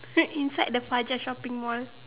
so inside the father shopping Mall